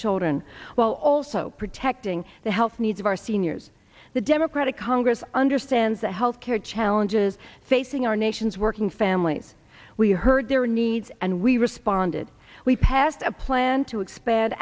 children while also protecting the health needs of our seniors the democratic congress understands the health care challenges facing our nation's working families we heard their needs and we responded we passed a plan to expand